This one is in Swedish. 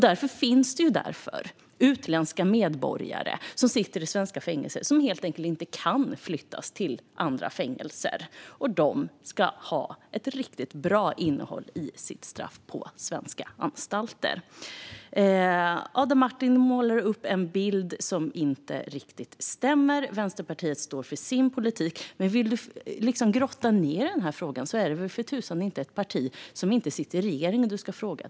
Det finns alltså utländska medborgare som sitter i svenska fängelser för att de inte kan flyttas till andra fängelser, och de ska få ett bra innehåll i sitt straff på svenska anstalter. Adam Marttinen målar upp en bild som inte stämmer. Vänsterpartiet står för sin politik. Men vill du, Adam Marttinen, grotta ned dig i frågan är det väl för tusan inte ett parti som inte sitter i regeringen du ska fråga.